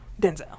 denzel